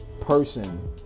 person